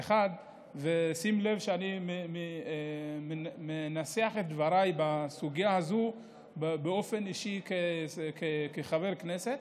ושים לב שאני מנסח את דבריי בסוגיה הזאת באופן אישי כחבר כנסת,